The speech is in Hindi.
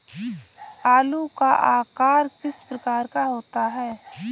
आलू का आकार किस प्रकार का होता है?